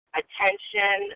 attention